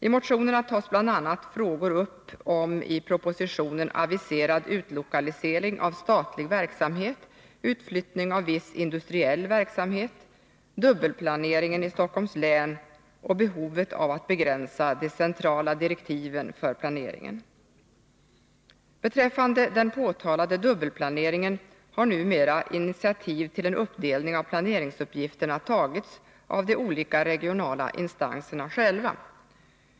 I motionerna tas bl.a. frågor upp om i propositionen aviserad utlokalisering av statlig verksamhet, utflyttning av viss industriell verksamhet, dubbelplaneringen i Stockholms län och behovet av att begränsa de centrala direktiven för planeringen. Beträffande den påtalade dubbelplaneringen har numera initiativ till en uppdelning av planeringsuppgifterna tagits av de olika regionala instanserna själva.